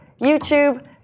YouTube